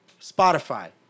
Spotify